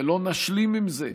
ולא נשלים עם זה.